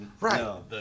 Right